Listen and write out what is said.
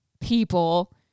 people